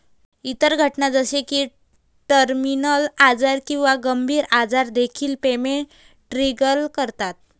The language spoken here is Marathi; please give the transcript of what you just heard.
इतर घटना जसे की टर्मिनल आजार किंवा गंभीर आजार देखील पेमेंट ट्रिगर करतात